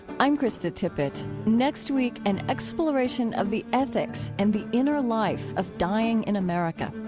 i'm krista tippett. next week, an exploration of the ethics and the inner life of dying in america.